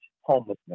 homelessness